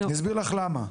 אני אסביר לך למה.